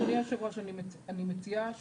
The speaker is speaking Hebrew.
אדוני היושב-ראש אני מציעה